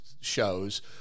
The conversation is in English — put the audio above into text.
shows